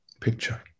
picture